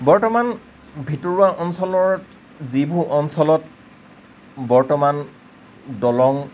বৰ্তমান ভিতৰুৱা অঞ্চলত যিবোৰ অঞ্চলত বৰ্তমান দলং